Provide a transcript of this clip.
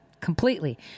completely